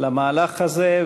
למהלך הזה.